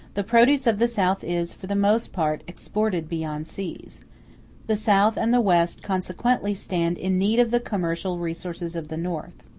the produce of the south is, for the most part, exported beyond seas the south and the west consequently stand in need of the commercial resources of the north.